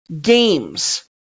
games